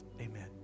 Amen